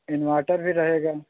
inverter भी रहेगा